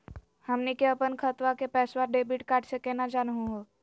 हमनी के अपन खतवा के पैसवा डेबिट कार्ड से केना जानहु हो?